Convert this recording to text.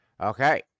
Okay